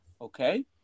Okay